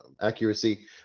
accuracy